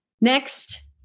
Next